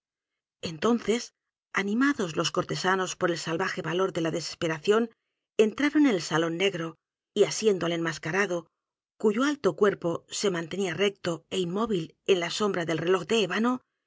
entonces animados los cortesanos por el salvaje valor de la desesperación entraron en el salón negro y asiendo al enmascarado cuyo alto cuerpo se mantenía recto é inmóvil en la sombra del reloj de ébano